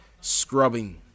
scrubbing